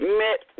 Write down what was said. met